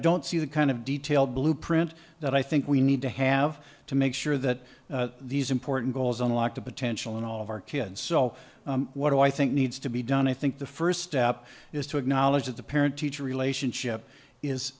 don't see the kind of detailed blueprint that i think we need to have to make sure that these important goals unlock the potential in all of our kids so what do i think needs to be done i think the first step is to acknowledge that the parent teacher relationship is